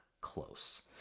close